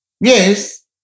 Yes